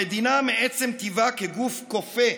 המדינה מעצם טבעה כגוף כופה,